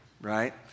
right